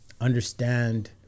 understand